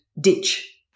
ditch